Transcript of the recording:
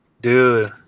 Dude